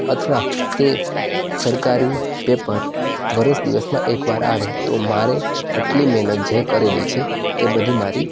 અથવા તે સરકારી પેપર વર્ષ દિવસમાં એકવાર આવે તો મારે આટલી મહેનત જે કરેલી છે તે બધી મારી